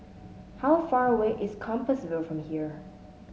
how far away is Compassvale from here